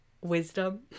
wisdom